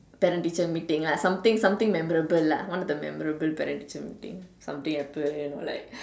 parent teacher lah something something memorable lah one of the memorable parent teacher meeting something happen you know like